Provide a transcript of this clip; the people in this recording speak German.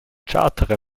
chartere